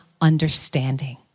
understanding